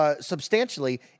substantially